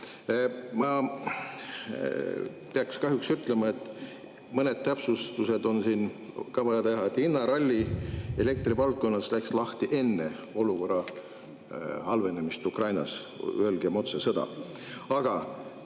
pean kahjuks ütlema, et mõned täpsustused on siin vaja teha. Hinnaralli elektrivaldkonnas läks lahti enne olukorra halvenemist Ukrainas, öelgem otse,